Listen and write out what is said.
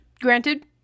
granted